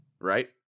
right